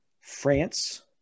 France